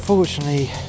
Unfortunately